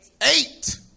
eight